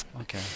Okay